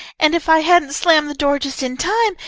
and if i hadn't slammed the door just in time,